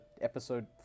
episode